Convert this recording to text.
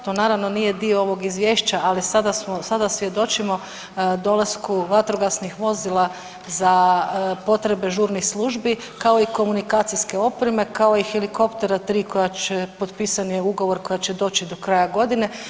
To naravno nije dio ovog izvješća, ali sada svjedočimo dolasku vatrogasnih vozila za potrebe žurnih službi kao i komunikacijske opreme, kao i helikoptera tri koja će potpisani ugovor, koja će doći do kraja godine.